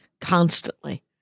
constantly